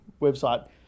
website